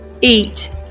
eat